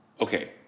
okay